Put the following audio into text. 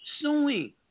suing